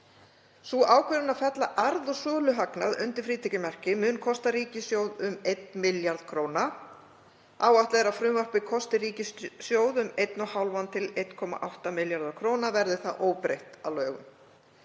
„Sú ákvörðun að fella arð og söluhagnað undir frítekjumarkið mun kosta ríkissjóð um 1 milljarð kr. Áætlað er að frumvarpið kosti ríkissjóð um 1,5–1,8 milljarða kr. verði það óbreytt að lögum.